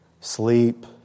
sleep